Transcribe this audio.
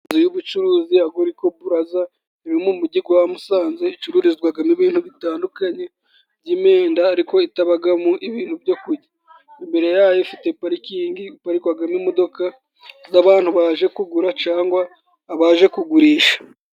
Inzu y'ubucuruzi ya goyico pulaza, iri mu mujyi wa musanze, icururizwamo ibintu bitandukanye, by'imyenda ariko itabamo ibintu byo kurya, imbere yayo ifite parikingi iparikwamo imodoka z'abantu baje kugura cyangwa abaje kugurisha.